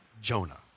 Jonah